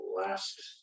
last